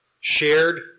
shared